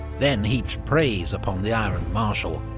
then heaped praise upon the iron marshal,